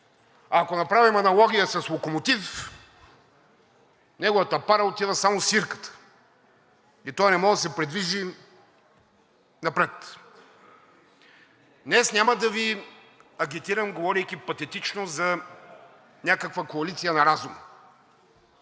Ако направим аналогия с локомотив, неговата пара отива само в свирката и той не може да се придвижи напред. Днес няма да Ви агитирам, говорейки патетично, за някаква коалиция на разума